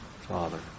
Father